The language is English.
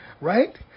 right